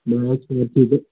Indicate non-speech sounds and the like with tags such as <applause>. نہَ حظ <unintelligible>